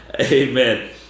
Amen